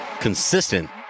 consistent